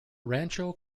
rancho